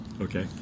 Okay